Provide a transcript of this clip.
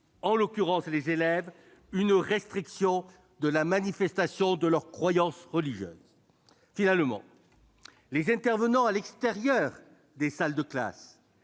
en l'occurrence, les élèves -une restriction de la manifestation de leurs croyances religieuses. En somme, les intervenants à l'extérieur des salles de classe,